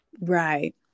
Right